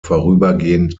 vorübergehend